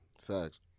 Facts